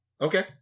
Okay